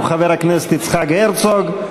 הוא חבר הכנסת יצחק הרצוג.